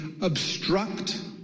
obstruct